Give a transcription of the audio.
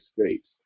States